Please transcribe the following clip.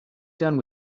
done